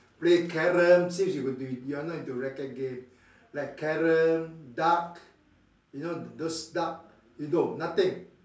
play Carrom since you do you are not into racket game like Carrom dart you know those dart you don't nothing